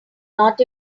not